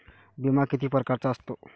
बिमा किती परकारचा असतो?